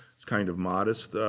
it's kind of modest.